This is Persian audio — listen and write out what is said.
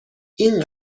این